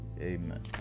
Amen